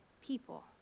people